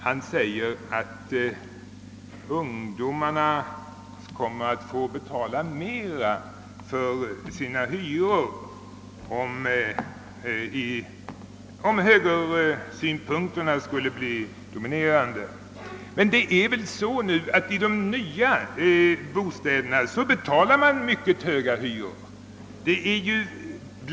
Han säger att ungdomarna kommer att få betala mera i hyra, om högersynpunkterna skulle bli dominerande. Men det är väl så nu, att man i de nya bostäderna betalar mycket höga hyror.